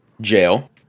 jail